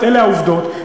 אלה העובדות,